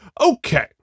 Okay